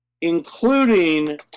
including